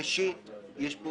ראשית, יש פה